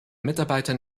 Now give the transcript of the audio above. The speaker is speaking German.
mitarbeitern